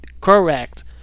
correct